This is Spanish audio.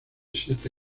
siete